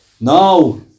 Now